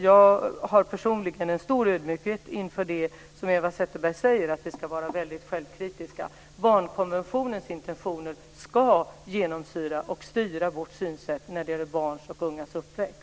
Jag har personligen en stor ödmjukhet inför det som Eva Zetterberg säger, att vi ska vara väldigt självkritiska. Barnkonventionens intentioner ska genomsyra och styra vårt synsätt när det gäller barns och ungas uppväxt.